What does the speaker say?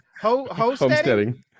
homesteading